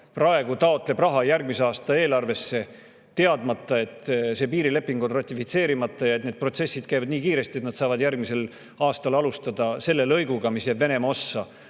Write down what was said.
praegu raha [oma] järgmise aasta eelarvest, teades, et piirileping on ratifitseerimata, ja [arvates], et need protsessid käivad nii kiiresti, et nad saavad järgmisel aastal alustada sellel lõigul, mis jääb Venemaa ossa,